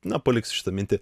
na paliksiu šitą mintį